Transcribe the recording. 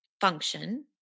function